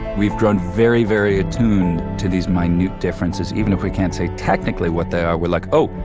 we've grown very, very attuned to these minute differences, even if we can't say technically what they are, we're like, oh,